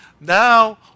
Now